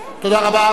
תודה רבה.